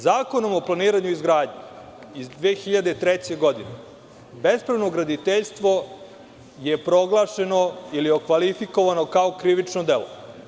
Zakonom o planiranju i izgradnji iz 2003. godine bespravno graditeljstvo je proglašeno ili okvalifikovano kao krivično delo.